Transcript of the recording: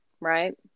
right